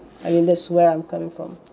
I mean that's where I'm coming from